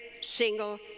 single